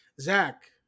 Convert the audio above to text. Zach